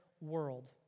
world